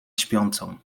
śpiącą